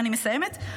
אני מסיימת.